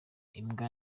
imbwa